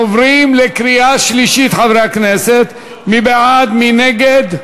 עברה בקריאה שלישית ותיכנס לספר החוקים של מדינת ישראל.